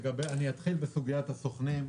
אתחיל בסוגיית הסוכנים.